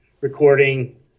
recording